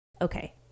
Okay